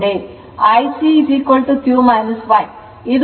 IC q y ಇದು 14